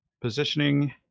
positioning